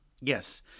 Yes